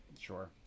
sure